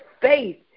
faith